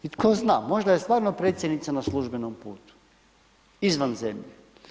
I tko zna, možda je stvarno predsjednica na službenom putu, izvan zemlje.